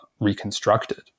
reconstructed